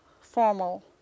formal